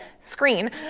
screen